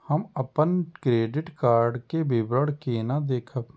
हम अपन credit card के विवरण केना देखब?